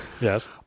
Yes